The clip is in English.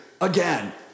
Again